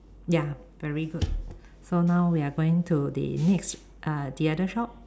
ya very good so now we are going to the next uh the other shop